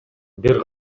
бир